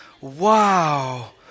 Wow